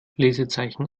lesezeichen